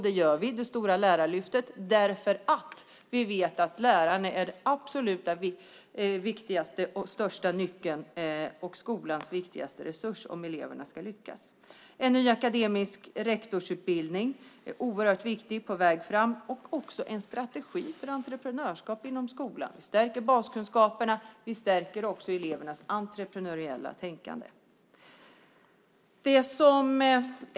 Det gör vi i det stora lärarlyftet eftersom vi vet att lärarna är den absolut viktigaste nyckeln och skolans viktigaste resurs för att eleverna ska lyckas. En ny akademisk rektorsutbildning är på väg. Det är oerhört viktigt. En strategi för entreprenörskap inom skolan är också på väg. Vi stärker baskunskaperna och elevernas entreprenöriella tänkande.